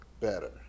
better